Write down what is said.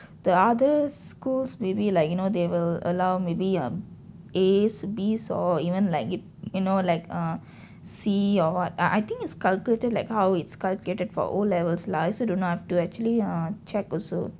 the other schools maybe like you know they will allow maybe um As Bs or even like it you know like err c or what I I think is calculated like how it's calculated for O levels lah I also don't know I have to actually ah check also